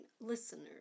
listeners